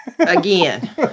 Again